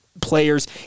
players